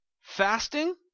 fasting